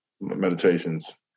meditations